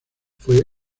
fue